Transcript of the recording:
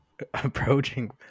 approaching